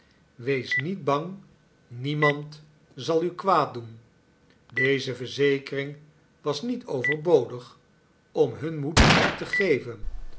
wees niet bang niemand zal u kwaad doen deze verzekering was niet overbodig om hun moed te geven